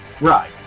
Right